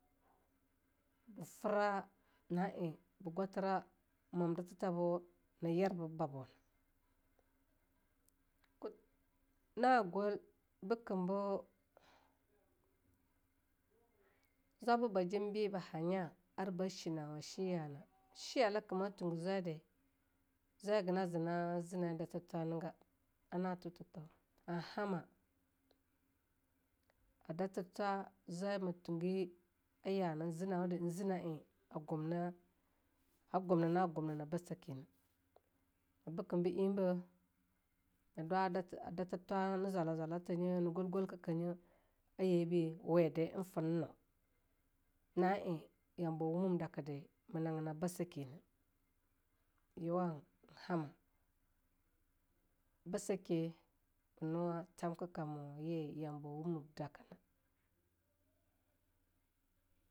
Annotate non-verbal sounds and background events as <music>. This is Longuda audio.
Fra na eing bo gwathera mwamdertha bo nei yerbeba babona, na gwai bekem, bo <noise> zwaba ba jem beba hanya arba shi nawa shiyaa na shi yalake ma thungu zwai de zwai hage nazi na eing a dather thwa'a nei ga, ana tho tha to, han hama a dather thwa zwai ma thungi a ya nang zi nawode, nei zi na eing a gumna, <noise> a gumnina ba sakei bekembo ein beh nei dwa a dather thwa nei zwala zwala tha nyi nei gwelgwelkeh nyi a yeinbe be wede eing feing no, na eing yambo a wumim dakede ma nanggina ba sekieh yeowa hama, ba sokai na nowa thamka kamo ye yambo wumem da kena.